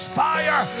fire